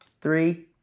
three